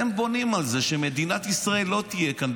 הם בונים על זה שמדינת ישראל לא תהיה כאן,